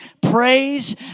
praise